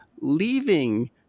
leaving